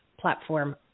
platform